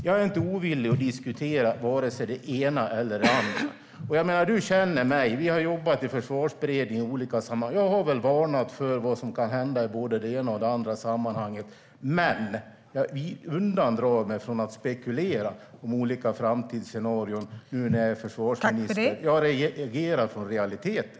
Jag är inte ovillig att diskutera vare sig det ena eller det andra. Du känner mig, Allan Widman. Vi har jobbat i Försvarsberedningen och i olika andra sammanhang. Jag har varnat för vad som kan hända i både det ena och det andra sammanhanget. Men jag undandrar mig från att spekulera om olika framtidsscenarier nu när jag är försvarsminister. Jag agerar utifrån realiteter.